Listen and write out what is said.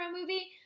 movie